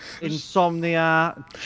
insomnia